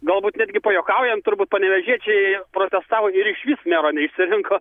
galbūt netgi pajuokaujant turbūt panevėžiečiai protestavo ir išvis mero neišsirinko